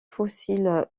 fossiles